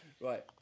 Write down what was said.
Right